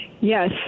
yes